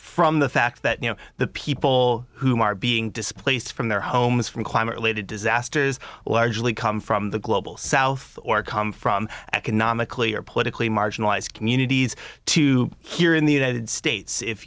the fact that you know the people who are being displaced from their homes from climate related disasters largely come from the global south or come from economically or politically marginalized communities to here in the united states if